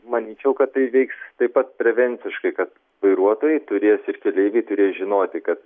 manyčiau kad tai veiks taip pat prevenciškai kad vairuotojai turės ir keleiviai turės žinoti kad